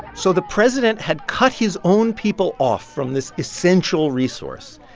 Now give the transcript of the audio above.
so the president had cut his own people off from this essential resource.